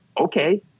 okay